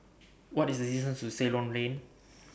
What IS The distance to Ceylon Lane